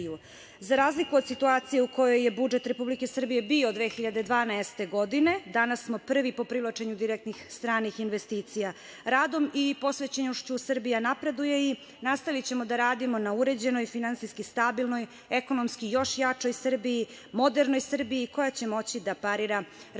razliku od situacije u kojoj je budžet Republike Srbije bio 2012. godine, danas smo prvi po privlačenju direktnih stranih investicija. Radom i posvećenošću Srbija napreduje i nastavićemo da radimo na uređenoj, finansijski stabilnoj, ekonomski još jačoj Srbiji, modernoj Srbiji koja će moći da parira razvijenim